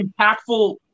impactful